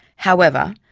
however,